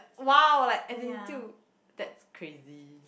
!wow! like as in too that's crazy